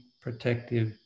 protective